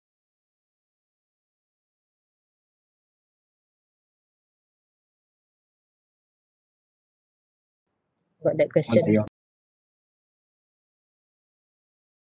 got that question